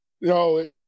No